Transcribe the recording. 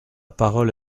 parole